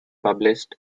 published